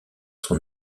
son